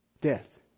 Death